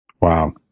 Wow